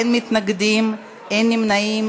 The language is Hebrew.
אין מתנגדים, אין נמנעים.